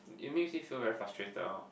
it makes me feel very frustrated oh